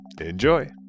Enjoy